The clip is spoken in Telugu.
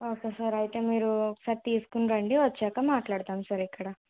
ఓకే సార్ అయితే మీరు ఒకసారి తీసుకొని రండి వచ్చాక మాట్లాడదాం సార్ ఇక్కడ